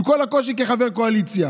עם כל הקושי כחבר קואליציה.